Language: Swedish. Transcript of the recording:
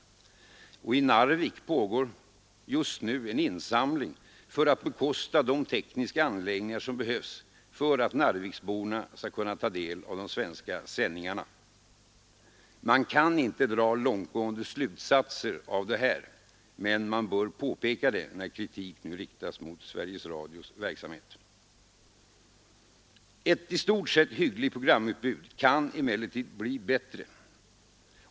I t.ex. Narvik pågår just nu en insamling för att bekosta de tekniska anläggningar som behövs för att narviksborna skall kunna ta del av de svenska sändningarna. Man får inte dra långtgående slutsatser av det här, men man bör påpeka det när kritik nu riktas mot Sveriges Radios verksamhet. Ett i stort sett hyggligt programutbud kan emellertid bli bättre.